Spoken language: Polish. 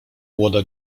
młoda